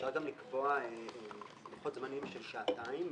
אפשר גם לקבוע לוחות זמנים של שעתיים,